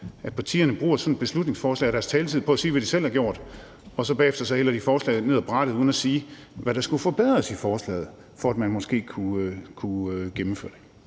at partierne bruger sådan et beslutningsforslag og deres taletid på at sige, hvad de selv har gjort, og bagefter hælder forslaget ned ad brættet uden at sige, hvad der skulle forbedres i forslaget, for at man måske kunne gennemføre det.